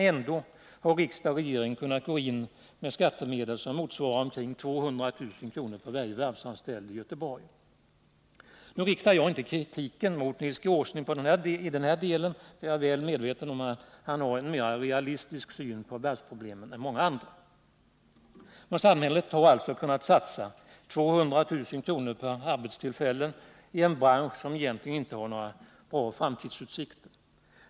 Ändå har riksdag och regering kunnat gå in med skattemedel som motsvarar omkring 200 000 kr. för varje varvsanställd i Göteborg. Nu riktar jag inte kritiken i denna del mot Nils Åsling — jag är väl medveten om att han har en mera realistisk syn på varvsproblemen än många andra. Men samhället har alltså kunnat satsa 200 000 kr. per arbetstillfälle i en bransch som egentligen inte har några framtidsutsikter.